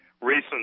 recent